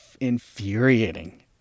infuriating